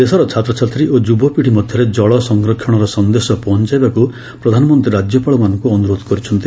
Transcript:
ଦେଶର ଛାତ୍ରଛାତ୍ରୀ ଓ ଯୁବପିଡ଼ି ମଧ୍ୟରେ ଜଳ ସଂରକ୍ଷଣର ସନ୍ଦେଶ ପହଞ୍ଚାଇବାକୁ ପ୍ରଧାନମନ୍ତ୍ରୀ ରାଜ୍ୟପାଳମାନଙ୍କୁ ଅନୁରୋଧ କରିଛନ୍ତି